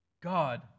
God